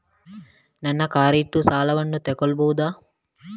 ನನ್ನ ಕಾರ್ ಇಟ್ಟು ಸಾಲವನ್ನು ತಗೋಳ್ಬಹುದಾ?